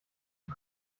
und